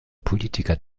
politiker